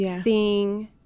seeing